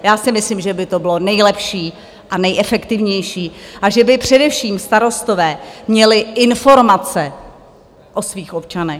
Já si myslím, že by to bylo nejlepší a nejefektivnější a že by především starostové měli informace o svých občanech.